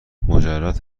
مجرد